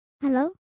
Hello